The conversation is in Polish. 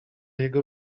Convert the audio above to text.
jego